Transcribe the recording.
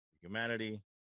Humanity